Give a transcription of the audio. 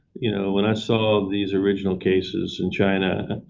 you know. when i saw these original cases in china,